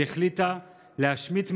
היא החליטה להשמיט מהריאיון,